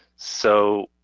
so